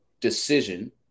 decision –